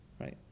Right